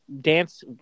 dance